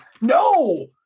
No